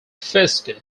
fiske